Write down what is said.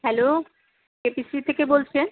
hello KPC থেকে বলছে